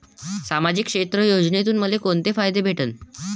सामाजिक क्षेत्र योजनेतून मले कोंते फायदे भेटन?